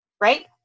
Right